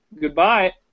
Goodbye